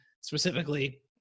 specifically